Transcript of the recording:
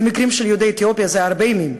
במקרה של יהודי אתיופיה זה הרבה ימים,